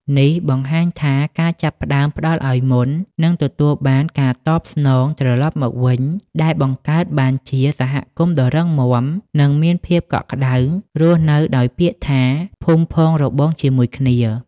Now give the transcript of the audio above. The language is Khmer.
នេះបង្ហាញថា ការចាប់ផ្តើមផ្តល់ឲ្យមុន នឹងទទួលបានការតបស្នងត្រឡប់មកវិញ ដែលបង្កើតបានជាសហគមន៍ដ៏រឹងមាំ និងមានភាពកក់ក្តៅ រស់នៅដោយពាក្យថា "ភូមិផងរបងជាមួយគ្នា"។